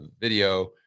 video